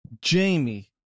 Jamie